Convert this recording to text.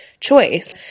choice